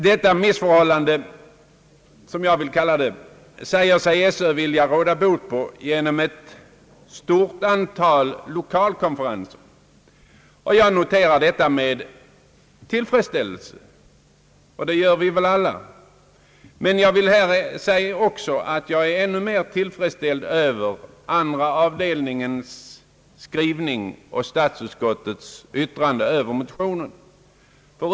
Detta missförhållande, som jag vill kalla det, säger sig Sö vilja råda bot på genom ett stort antal lokalkonferenser. Jag noterar detta med tillfredsställelse, och det gör väl alla. Men jag är ännu mer tillfredsställd över andra avdelningens och statsutskottets yttrande över motionen.